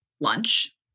lunch